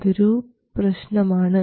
അതൊരു പ്രശ്നമാണ്